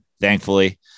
thankfully